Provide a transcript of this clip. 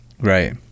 right